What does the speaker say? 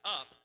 up